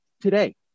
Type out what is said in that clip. today